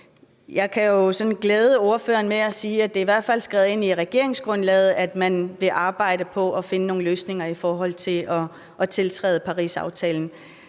Alternativets ordfører med at sige, at det i hvert fald er skrevet ind i regeringsgrundlaget, at man vil arbejde på at finde nogle løsninger i forhold til at tiltræde Parisaftalen.